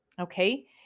Okay